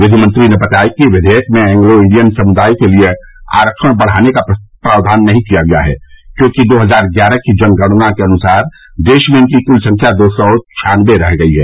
विधि मंत्री ने बताया कि विधेयक में एंग्लो इंडियन समृदाय के लिए आरक्षण बढ़ाने का प्रावधान नहीं किया गया है क्योंकि दो हजार ग्यारह की जनगणना के अनुसार देश में इनकी क्ल संख्या दो सौ छान्नवे रह गई है